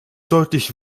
deutlich